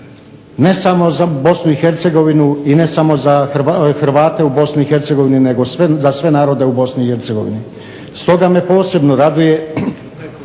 ne samo za Bosnu i Hercegovinu i ne samo za Hrvate u Bosni i Hercegovini, nego za sve narode u Bosni i Hercegovini. Stoga me posebno raduje